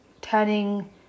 turning